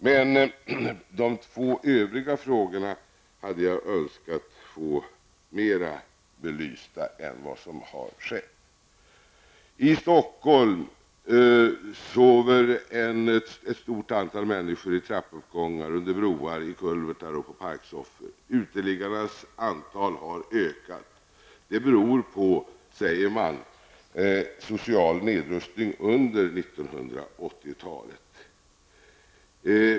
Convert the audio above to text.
Men de två övriga frågorna hade jag önskat få mer belysta än vad som här skett. I Stockholm sover ett stort antal människor i trappuppgångar, under broar, i kulvertar och på parksoffor. Uteliggarnas antal har ökat. Det beror, sägs det, på social nedrustning under 1980-talet.